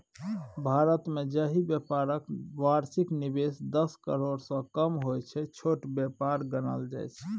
भारतमे जाहि बेपारक बार्षिक निबेश दस करोड़सँ कम होइ छै छोट बेपार गानल जाइ छै